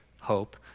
hope